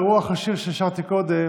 ברוח השיר ששרתי קודם,